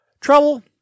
trouble